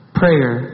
prayer